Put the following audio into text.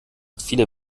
viele